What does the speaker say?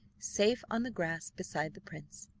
safe on the grass beside the prince.